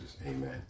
amen